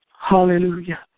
Hallelujah